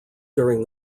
during